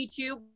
YouTube